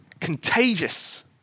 contagious